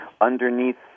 underneath